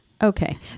Okay